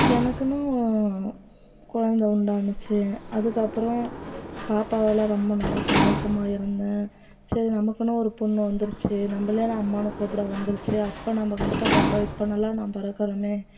எனக்குன்னு குழந்த உண்டாச்சு அதுக்கு அப்புறம் பாப்பாவால் ரொம்ப நல்லா சந்தோஷமாக இருந்தேன் சரி நமக்குன்னு ஒரு பொண்ணு வந்துடுச்சு நம்மளெல்லாம் அம்மானு கூப்பிட வந்துடுச்சு அப்போ நம்ம கஷ்டப்பட்டோம் இப்போ நல்லா நம்ம இருக்கறோம்